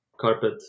carpet